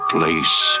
place